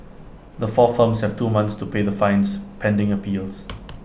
the four firms have two months to pay the fines pending appeals